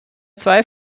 zwei